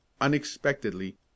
unexpectedly